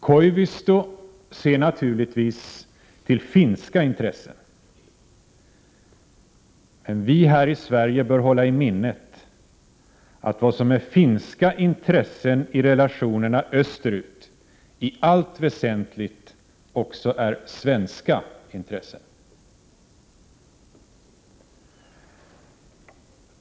Koivisto ser naturligtvis till finska intressen. Vi här i Sverige bör hålla i minnet att vad som är finska intressen i relationerna österut i allt väsentligt också är svenska intressen.